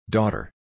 Daughter